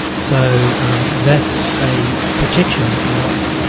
so that's a protection, if you like,